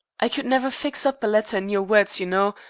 i could never fix up a letter in your words, you know.